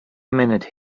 minute